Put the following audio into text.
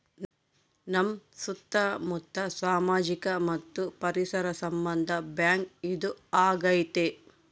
ನಮ್ ಸುತ್ತ ಮುತ್ತ ಸಾಮಾಜಿಕ ಮತ್ತು ಪರಿಸರ ಸಂಬಂಧ ಬ್ಯಾಂಕ್ ಇದು ಆಗೈತೆ